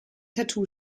tattoo